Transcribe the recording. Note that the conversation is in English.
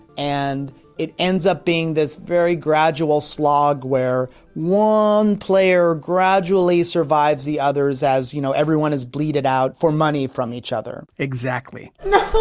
and it ends up being this very gradual slog where one player gradually survives the others as you know, everyone is bleeded out for money from each other exactly no,